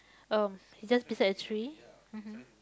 um just beside the tree mhm